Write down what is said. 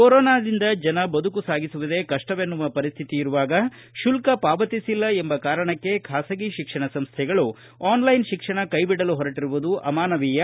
ಕೊರೊನಾದಿಂದ ಜನ ಬದುಕು ಸಾಗಿಸುವುದೇ ಕಪ್ಪವೆನ್ನುವ ಪರಿಸ್ಥಿತಿ ಇರುವಾಗ ಶುಲ್ಕ ಪಾವತಿಸಿಲ್ಲ ಎಂಬ ಕಾರಣಕ್ಕೆ ಖಾಸಗಿ ಶಿಕ್ಷಣ ಸಂಸ್ಥೆಗಳು ಆನ್ಲೈನ್ ಶಿಕ್ಷಣ ಕೈಬಿಡಲು ಹೊರಟಿರುವುದು ಅಮಾನವೀಯ